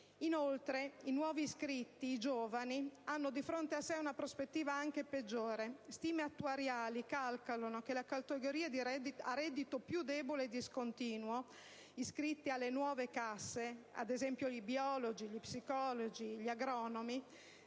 Inoltre, i nuovi iscritti, i giovani, hanno di fronte a se una prospettiva anche peggiore: stime attuariali calcolano che le categorie a reddito più debole e discontinuo iscritte alle "nuove" casse (ad esempio, i biologi, gli psicologi, gli agronomi)